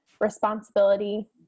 responsibility